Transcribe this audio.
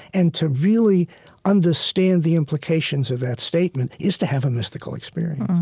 and to really understand the implications of that statement is to have a mystical experience